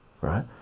right